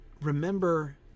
Remember